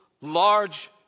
large